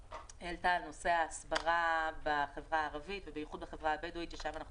לגבי נושא ההסברה בחברה הערבית ובמיוחד בחברה הבדואית שם אנחנו